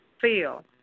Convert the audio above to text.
feel